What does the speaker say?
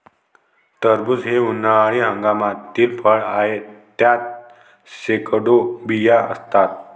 टरबूज हे उन्हाळी हंगामातील फळ आहे, त्यात शेकडो बिया असतात